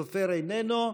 חבר הכנסת אופיר סופר, איננו,